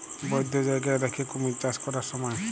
বধ্য জায়গায় রাখ্যে কুমির চাষ ক্যরার স্যময়